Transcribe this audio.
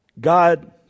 God